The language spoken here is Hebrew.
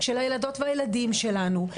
של הילדות והילדים שלנו,